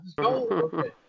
Okay